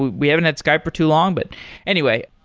we haven't had skype for too long. but anyway,